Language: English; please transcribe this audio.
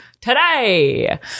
today